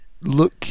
look